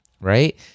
right